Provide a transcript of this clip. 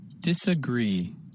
Disagree